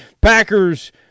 Packers